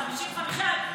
מ-55?